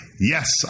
yes